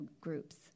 groups